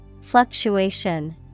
Fluctuation